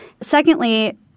Secondly